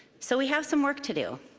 so we have some work to do.